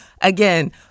again